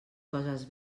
coses